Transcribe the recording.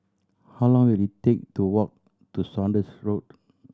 how long will it take to walk to Saunders Road